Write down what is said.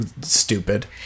Stupid